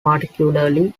particularly